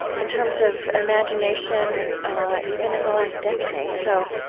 in terms of imagination even in the last decade so,